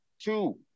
two